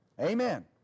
Amen